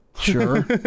Sure